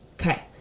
Okay